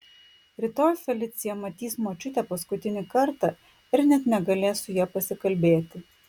rytoj felicija matys močiutę paskutinį kartą ir net negalės su ja pasikalbėti